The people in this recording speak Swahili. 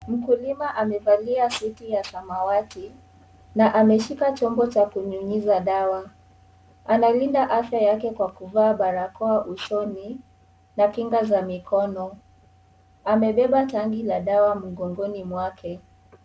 Mkulima amevalia suti ya samawati na ameshika chombo cha kunyunyiza dawa, analinda afya yake kwa kuvaa barakoa usoni na kinga za mikono amebeba tangi la dawa mgongoni mwake.